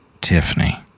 Tiffany